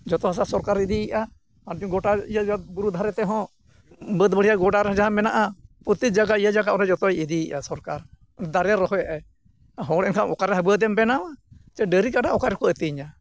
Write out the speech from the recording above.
ᱡᱚᱛᱚ ᱦᱟᱥᱟ ᱥᱚᱨᱠᱟᱨᱮ ᱤᱫᱤᱭᱮᱜᱼᱟ ᱟᱨ ᱜᱚᱴᱟ ᱵᱩᱨᱩ ᱫᱷᱟᱨᱮ ᱛᱮᱦᱚᱸ ᱵᱟᱹᱫᱽ ᱵᱟᱹᱭᱦᱟᱹᱲ ᱜᱚᱰᱟᱨᱮ ᱡᱟᱦᱟᱸ ᱢᱮᱱᱟᱜᱼᱟ ᱯᱨᱚᱛᱛᱮᱠ ᱡᱟᱭᱜᱟ ᱤᱭᱟᱹ ᱡᱟᱭᱜᱟ ᱩᱱᱤ ᱡᱚᱛᱚᱭ ᱤᱫᱤᱭᱮᱜᱼᱟ ᱥᱚᱨᱠᱟᱨ ᱫᱟᱨᱮᱭ ᱨᱚᱦᱚᱭᱮᱜᱼᱟᱭ ᱦᱚᱲ ᱮᱱᱠᱷᱟᱱ ᱚᱠᱟᱨᱮ ᱟᱹᱜᱩ ᱠᱟᱛᱮᱢ ᱵᱮᱱᱟᱣᱟ ᱪᱮ ᱰᱟᱹᱝᱨᱤ ᱠᱟᱰᱟ ᱚᱠᱟ ᱨᱮᱠᱚ ᱟᱹᱛᱤᱧᱟ